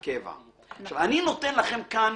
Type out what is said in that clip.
אני נותן לכם כאן